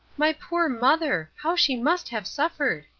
my poor mother! how she must have suffered!